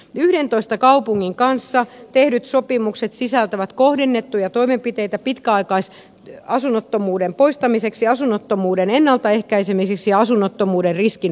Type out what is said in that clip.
yhdentoista kaupungin kanssa tehdyt sopimukset sisältävät kohdennettuja toimenpiteitä pitkäaikaisasunnottomuuden poistamiseksi asunnottomuuden ennaltaehkäisemiseksi ja asunnottomuuden riskin vähentämiseksi